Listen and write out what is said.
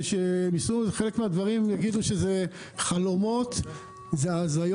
חלק מהדברים יגידו שזה חלומות והזיות